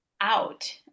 out